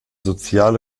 sozial